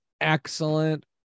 excellent